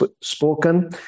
spoken